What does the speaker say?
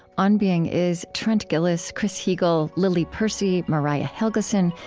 on being is trent gilliss, chris heagle, lily percy, mariah helgeson,